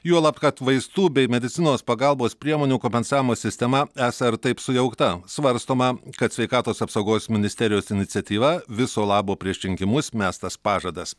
juolab kad vaistų bei medicinos pagalbos priemonių kompensavimo sistema esą ir taip sujaukta svarstoma kad sveikatos apsaugos ministerijos iniciatyva viso labo prieš rinkimus mestas pažadas